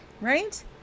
Right